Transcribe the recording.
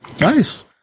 Nice